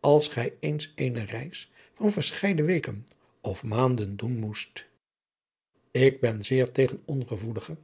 als gij eens eene reis van verscheiden weken of maanden doen moest ik ben zeer tegen ongevoelige